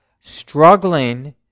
struggling